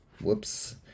Whoops